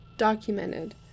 documented